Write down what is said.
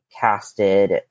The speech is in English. casted